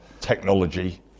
Technology